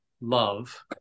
love